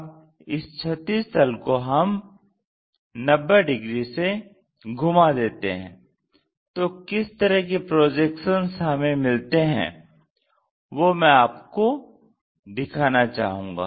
अब इस क्षैतिज तल को हम 90 डिग्री से घुमा देते हैं तो किस तरह के प्रोजेक्शन्स हमें मिलते हैं वो मैं आपको दिखाना चाहूँगा